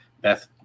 Beth